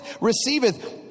receiveth